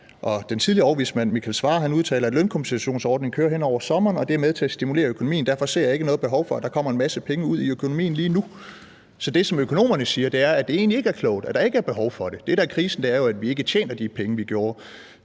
den tidligere overvismand, Michael Svarer, udtaler: »Lønkompensationsordningen kører hen over sommeren, og det er med til at stimulere økonomien. Derfor ser jeg ikke noget voldsomt behov for, at der kommer en masse penge ud i økonomien lige nu.« Så det, som økonomerne siger, er, at det egentlig ikke er klogt, og at der ikke er behov for det. Det, der er krisen, er, at vi ikke tjener de penge, vi gjorde